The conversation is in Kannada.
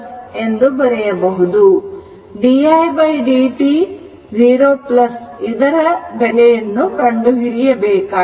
di dt 0 ಇದರ ಮೌಲ್ಯವನ್ನು ಕಂಡುಹಿಡಿಯಬೇಕಾಗಿದೆ